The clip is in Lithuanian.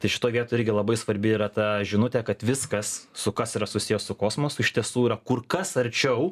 tai šitoj vietoj irgi labai svarbi yra ta žinutė kad viskas su kas yra susiję su kosmosu iš tiesų yra kur kas arčiau